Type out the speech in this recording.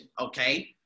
okay